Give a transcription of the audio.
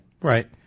right